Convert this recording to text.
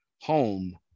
home